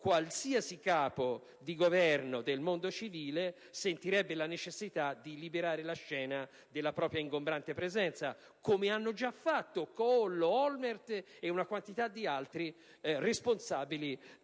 qualsiasi Capo di Governo del mondo civile sentirebbe la necessità di liberare la scena dalla propria ingombrante presenza, come hanno fatto già fatto Kohl, Olmert ed una quantità di altri responsabili